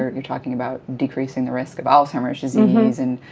you're talking about decreasing the risk of alzheimer's disease and,